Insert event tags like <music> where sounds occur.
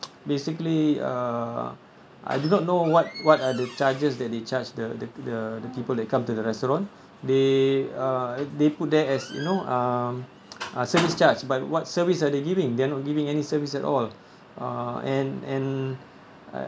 <noise> basically uh I do not know what what are the charges that they charge the the the the people that come to the restaurant they uh they put there as you know um uh service charge but what service are they giving they're not giving any service at all uh and and